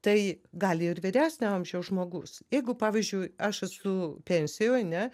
tai gali ir vyresnio amžiaus žmogus jeigu pavyzdžiui aš esu pensijoj ne